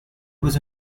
was